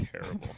terrible